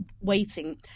waiting